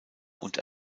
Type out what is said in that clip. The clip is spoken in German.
und